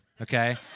Okay